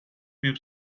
büyük